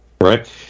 right